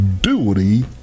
duty